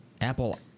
Apple